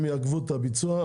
הם יעכבו את הביצוע.